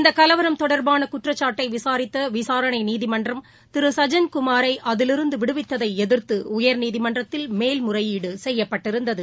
இந்த கலவரம் தொடர்பான குற்றசாட்டை விசாரித்த விசாரணை நீதிமன்றம் திரு சஜன் குமாரை அதிலிருந்து விடுவித்ததை எதிர்த்து உயர்நீதிமன்றத்தில் மேல் முறையீடு செய்யப்பட்டிருந்தது